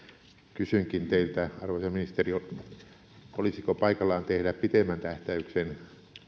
kysynkin teiltä arvoisa ministeri olisiko paikallaan tehdä pitemmän tähtäyksen